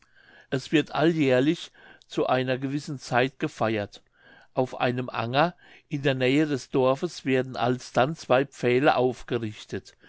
es wird alljährlich zu einer gewissen zeit gefeiert auf einem anger in der nähe des dorfes werden alsdann zwei pfähle aufgerichtet